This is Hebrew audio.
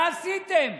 מה עשיתם?